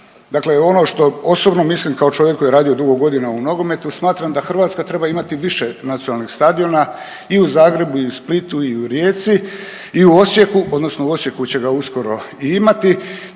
Dakle, ono što osobno mislim kao čovjek koji je radio dugo godina u nogometu, smatram da Hrvatska treba imati više nacionalnih stadiona i u Zagrebu i u Splitu i u Rijeci i u Osijeku, odnosno u Osijeku će ga uskoro i imate